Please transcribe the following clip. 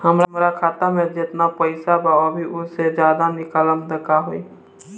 हमरा खाता मे जेतना पईसा बा अभीओसे ज्यादा निकालेम त का होई?